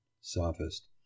Sophist